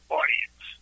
audience